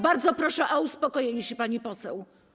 Bardzo proszę o uspokojenie się, pani poseł.